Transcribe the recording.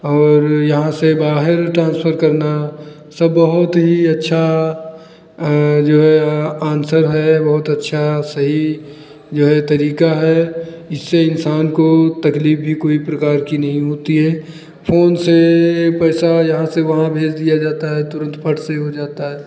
और यहाँ से बाहर ट्रांसफर करना सब बहुत ही अच्छा जो है आंसर है बहुत अच्छा सही जो है तरीका है इससे इंसान को तकलीफ भी कोई प्रकार की नहीं होती है फ़ोन से पैसा यहाँ से वहाँ भेज दिया जाता है तुरंत फट से हो जाता है